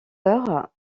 heures